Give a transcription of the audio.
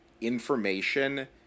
information